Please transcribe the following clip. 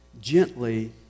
gently